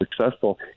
successful